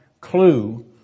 clue